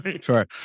Sure